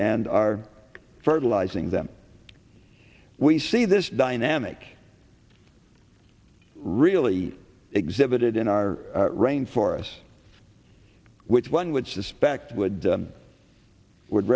and are fertilizing them we see this dynamic really exhibited in our rainforests which one would suspect would would